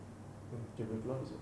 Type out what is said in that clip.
mm okay we'll keluar besok